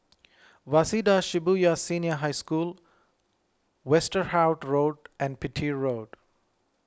Waseda Shibuya Senior High School Westerhout Road and Petir Road